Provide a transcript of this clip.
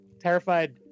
Terrified